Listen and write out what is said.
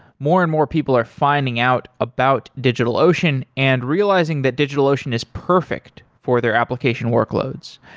more and more people are finding out about digitalocean and realizing that digitalocean is perfect for their application workloads.